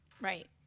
right